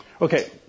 Okay